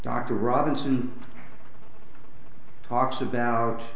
dr robinson talks about